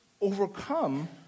overcome